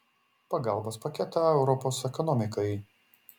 pagalbos paketą europos ekonomikai